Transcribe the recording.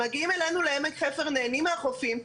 מגיעים אלינו לעמק חפר, נהנים מהחופים.